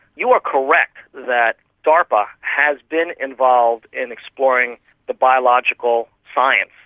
you are correct that darpa has been involved in exploring the biological science,